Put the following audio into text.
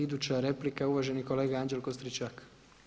Iduća replika je uvaženi kolega Anđelko Stričak.